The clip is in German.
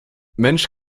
mensch